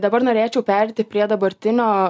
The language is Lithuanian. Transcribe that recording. dabar norėčiau pereiti prie dabartinio